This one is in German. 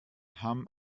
hamm